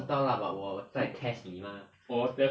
你知道 lah but 我在 test 你 mah